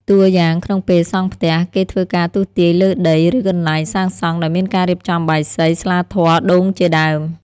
តួយ៉ាង ក្នុងពេលសង់ផ្ទះ គេធ្វើការទស្សន៍ទាយលើដី ឬកន្លែងសាងសង់ ដោយមានការរៀបចំបាយសី ស្លាធម៌ដូងជាដើម។